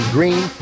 Green